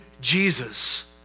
Jesus